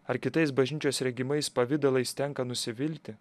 ar kitais bažnyčios regimais pavidalais tenka nusivilti